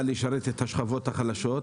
זאת תפיסת עולם קפיטליסטית.